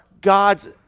God's